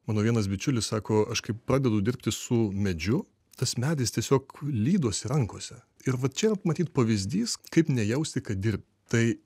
mano vienas bičiulis sako aš kai pradedu dirbti su medžiu tas medis tiesiog lydosi rankose ir vat čia matyt pavyzdys kaip nejausti kad dirbi tai